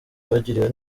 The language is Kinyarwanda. bagiriwe